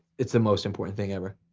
it's the most important thing ever.